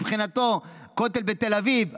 מבחינתו כותל בתל אביב,